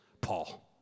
Paul